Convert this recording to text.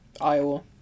Iowa